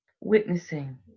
witnessing